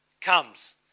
comes